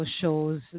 shows